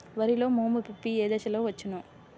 వరిలో మోము పిప్పి ఏ దశలో వచ్చును?